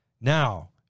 Now